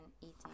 eating